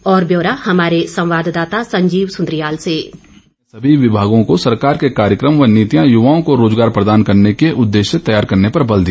और ब्यौरा हमारे संवाददाता संजीव सुन्द्रियाल से डिस्पैच मुख्यमंत्री ने सभी विभागों को सरकार के कार्यक्रम व नीतियां युवाओं को रोजगार प्रदान करने के उद्देश्य से तैयार करने पर बल दिया